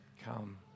come